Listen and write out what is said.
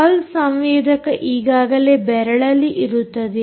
pulse ಸಂವೇದಕ ಈಗಾಗಲೇ ಬೆರಳಲ್ಲಿ ಇರುತ್ತದೆ